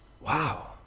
wow